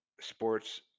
sports